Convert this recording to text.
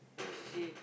you see